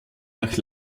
nach